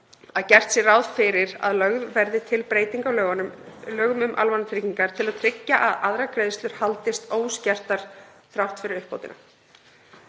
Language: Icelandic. að gert sé ráð fyrir að lögð verði til breyting á lögum um almannatryggingar til að tryggja að aðrar greiðslur haldist óskertar þrátt fyrir uppbótina.